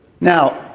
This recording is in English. Now